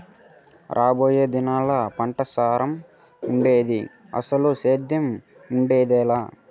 రాబోయే దినాల్లా పంటసారం ఉండేది, అసలు సేద్దెమే ఉండేదెలా